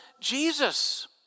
Jesus